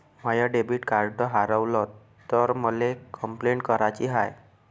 माय debit card हारवल तर मले कंपलेंट कराची हाय